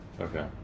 Okay